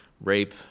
rape